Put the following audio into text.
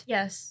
Yes